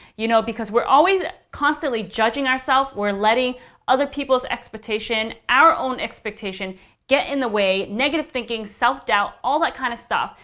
you know we're always constantly judging ourself. we're letting other people's expectation, our own expectation get in the way, negative thinking, self doubt, all that kind of stuff.